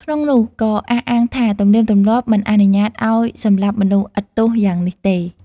ក្នុងនោះក៏អះអាងថាទំនៀមទម្លាប់មិនអនុញ្ញាត្តិឱ្យសម្លាប់មនុស្សឥតទោសយ៉ាងនេះទេ។